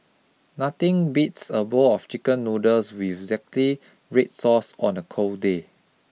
nothing beats a bowl of chicken noodles with zingy red sauce on a cold day